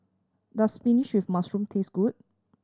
does spinach with mushroom taste good